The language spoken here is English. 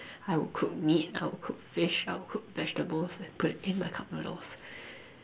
I would cook meat I would cook fish I would cook vegetables and put it in my cup noodle